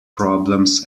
problems